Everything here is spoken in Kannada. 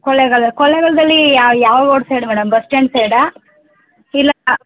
ಕೊಳ್ಳೇಗಾಲ ಕೊಳ್ಳೇಗಾಲದಲ್ಲಿ ಯಾವ road side madam bus stand ಸೈಡಾ ಇಲ್ಲ